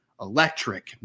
electric